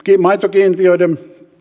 maitokiintiöiden